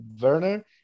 Werner